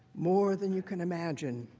more than you can imagine.